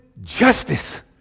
justice